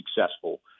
successful